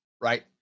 right